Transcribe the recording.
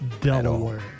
Delaware